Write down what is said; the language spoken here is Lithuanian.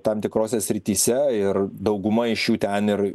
tam tikrose srityse ir dauguma iš jų ten ir